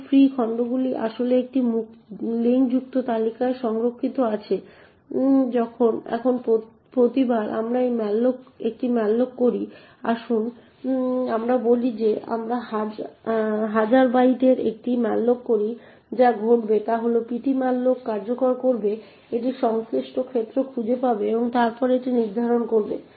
এখন ফ্রি খণ্ডগুলি আসলে একটি লিঙ্কযুক্ত তালিকায় সংরক্ষিত আছে এখন প্রতিবার আমরা একটি malloc করি আসুন আমরা বলি যে আমরা 1000 বাইটের একটি malloc করি যা ঘটবে তা হল ptmalloc কার্যকর করবে এটি সংশ্লিষ্ট ক্ষেত্র খুঁজে পাবে এবং তারপর এটি নির্ধারণ করবে